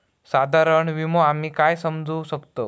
साधारण विमो आम्ही काय समजू शकतव?